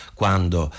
quando